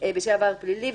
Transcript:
בשל עבר פלילי.